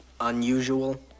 unusual